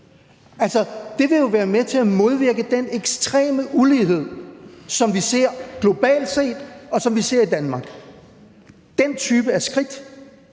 Det vil jo være med til at modvirke den ekstreme ulighed, som vi ser globalt, og som vi ser i Danmark. Den type af skridt